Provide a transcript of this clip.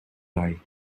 lie